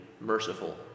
merciful